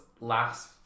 last